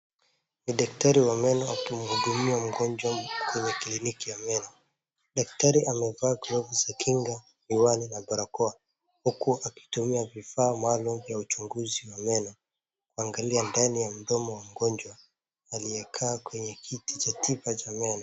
Ni daktari wa meno akimhudumia mgonjwa kwenye kliniki ya meno. Daktari amevaa glovu za kinga, miwani na barakoa, huku akitumia vifaa maalum vya uchunguzi wa meno, kuangalia ndani ya mdomo wa mgonjwa aliyekaa kwenye kiti cha tiba cha meno.